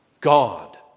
God